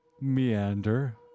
meander